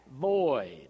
void